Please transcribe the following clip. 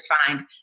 find